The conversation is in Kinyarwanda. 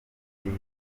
mbere